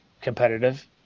competitive